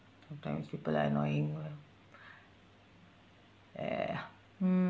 sometimes people are annoying what ya mm